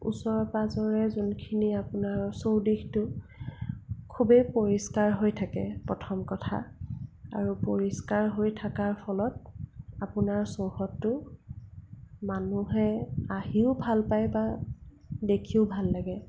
ওচৰে পাজৰে যোনখিনি আপোনাৰ চৌদিশটো খুবেই পৰিষ্কাৰ হৈ থাকে প্ৰথম কথা আৰু পৰিষ্কাৰ হৈ থকাৰ ফলত আপোনাৰ চৌহদটো মানুহে আহিও ভালপায় বা দেখিও ভাল লাগে